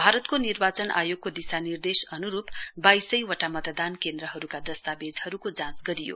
भारतको निर्वाचन आयोगको दिशानिर्देश अनुरूप वाइसैवटा मतदान केन्द्रहरूका दस्तावेजहरूको जाँच गरियो